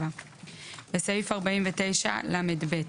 (7)בסעיף 49לב,